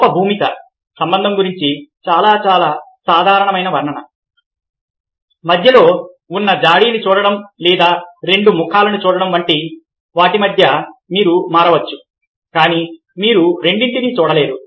రూప భూమిక సంబంధం గురించి చాలా చాలా సాధారణమైన వర్ణన మధ్యలో ఉన్న జాడీని చూడటం లేదా రెండు ముఖాలను చూడటం వంటి వాటి మధ్య మీరు మారవచ్చు కానీ మీరు రెండింటినీ చూడలేరు